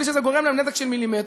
בלי שזה גורם להם נזק של מילימטר,